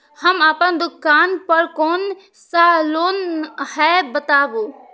हम अपन दुकान पर कोन सा लोन हैं बताबू?